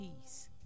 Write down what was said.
peace